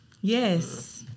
Yes